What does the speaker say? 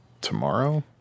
tomorrow